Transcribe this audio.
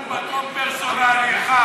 אני רוצה רגע להבהיר.